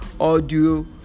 audio